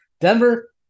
Denver